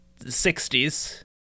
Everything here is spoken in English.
60s